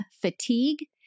fatigue